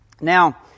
Now